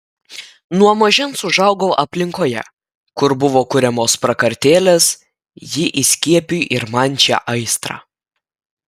nuo mažens užaugau aplinkoje kur buvo kuriamos prakartėlės ji įskiepijo ir man šią aistrą